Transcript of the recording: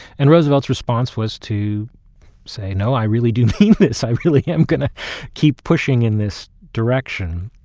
and roosevelt's response was to say, no, i really do mean this. i really yeah am going to keep pushing in this direction.